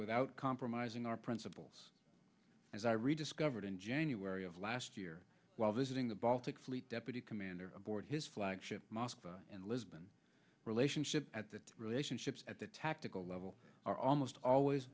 without compromising our principles as i rediscovered in january of last year while visiting the baltic fleet deputy commander aboard his flagship moscow and lisbon relationship at the relationships at the tactical level are almost always